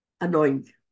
annoying